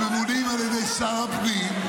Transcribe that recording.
שממונים על ידי שר הפנים.